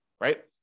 right